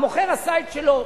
המוכר עשה את שלו.